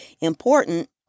important